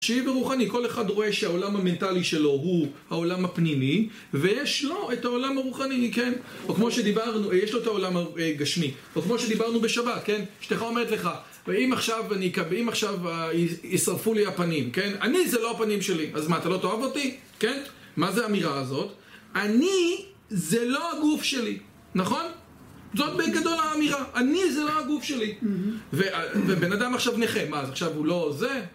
ורוחני, כל אחד רואה שהעולם המנטלי שלו הוא העולם הפנימי ויש לו את העולם הרוחני, כן? או כמו שדיברנו, יש לו את העולם הגשמי או כמו שדיברנו בשבת, כן? אשתך אומרת לך, אם עכשיו ישרפו לי הפנים, כן? אני זה לא הפנים שלי אז מה, אתה לא תאהב אותי? כן? מה זה האמירה הזאת? אני זה לא הגוף שלי נכון? זאת בגדול האמירה אני זה לא הגוף שלי ובן אדם עכשיו נכה, מה? עכשיו הוא לא זה?